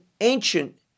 ancient